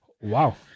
wow